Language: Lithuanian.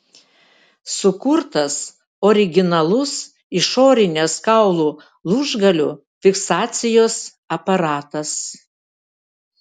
sukurtas originalus išorinės kaulų lūžgalių fiksacijos aparatas